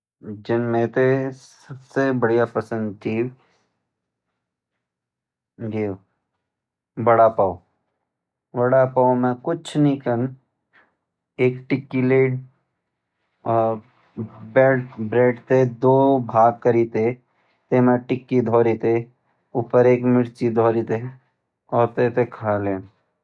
जन मैं ते सबसे जादा पसंद छ सू छी वड़ा पाव तेमा कुछ नी कन एक टिक्की लेते बंद के बीच म धोरिते एक मिर्ची रखी ते खा लें